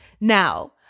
Now